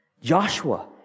Joshua